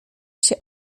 się